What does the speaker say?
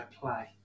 play